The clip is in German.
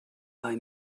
bei